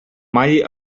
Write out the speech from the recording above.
mighty